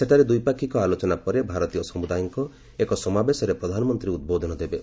ସେଠାରେ ଦ୍ୱିପାକ୍ଷିକ ଆଲୋଚନା ପରେ ଭାରତୀୟ ସମୁଦାୟଙ୍କ ଏକ ସମାବେଶରେ ପ୍ରଧାନମନ୍ତ୍ରୀ ଉଦ୍ବୋଧନ ଦେବେ